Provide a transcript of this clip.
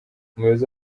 umuyobozi